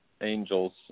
angels